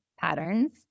patterns